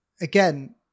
again